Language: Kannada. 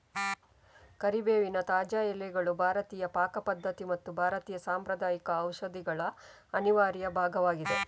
ಕರಿಬೇವಿನ ತಾಜಾ ಎಲೆಗಳು ಭಾರತೀಯ ಪಾಕ ಪದ್ಧತಿ ಮತ್ತು ಭಾರತೀಯ ಸಾಂಪ್ರದಾಯಿಕ ಔಷಧಿಗಳ ಅನಿವಾರ್ಯ ಭಾಗವಾಗಿದೆ